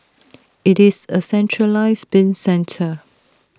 IT is A centralised bin centre